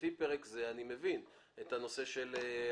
לפי פרק זה, אני מבין את הנושא של החשש.